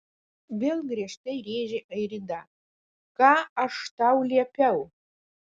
vėl griežtai rėžė airida ką aš tau liepiau